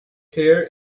hair